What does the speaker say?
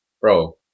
Bro